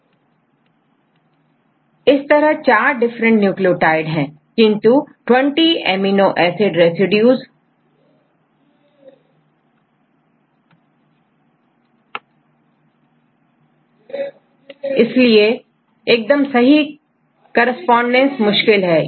इस तरह 4 different nucleotide होते हैं किंतु 20 एसिड रेसिड्यूज होते हैं इसलिए एकदम सही कॉरस्पॉडेंस मुश्किल है